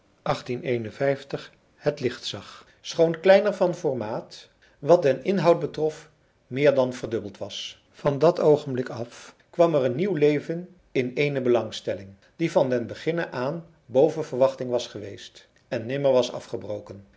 het licht zag schoon kleiner van formaat wat den inhoud betrof meer dan verdubbeld was van dat oogenblik af kwam er een nieuw leven in eene belangstelling die van den beginne aan boven verwachting was geweest en nimmer was afgebroken